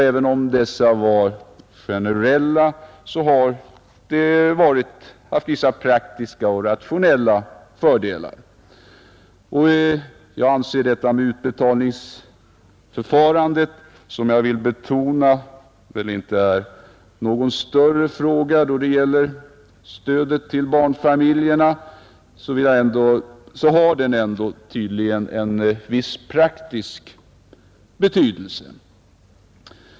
Även om dessa varit för generella har detta system varit praktiskt och rationellt. Jag anser att utbetalningsförfarandet — som jag vill betona väl inte är någon större fråga då det gäller stödet till barnfamiljerna — dock har en viss praktisk betydelse.